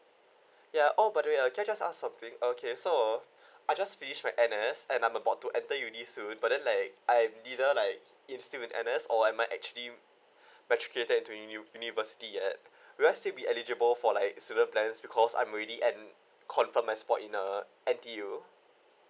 ya oh by the way can I just ask something okay so uh I just finished my N_S and I'm about to enter uni soon but then like I'm didn't like in still with N_S or I might actually matriculated into university and will I still be eligible for like student plans because I'm already an confirmed a spot in uh N_T_U